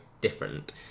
different